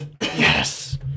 Yes